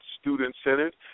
student-centered